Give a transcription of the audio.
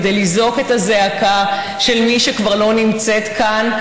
כדי לזעוק את הזעקה של מי שכבר לא נמצאת כאן,